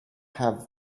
have